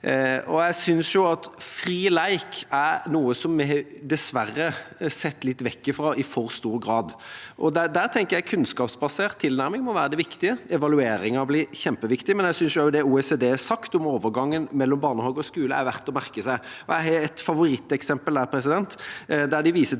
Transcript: Jeg synes fri lek er noe vi dessverre i for stor grad har sett litt vekk fra. Der tenker jeg at en kunnskapsbasert tilnærming må være det viktige. Evalueringen blir kjempeviktig, men jeg synes også at det OECD har sagt om overgangen mellom barnehage og skole, er verdt å merke seg. Jeg har et favoritteksempel der de viser til